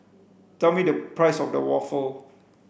tell me the price of the waffle